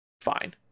fine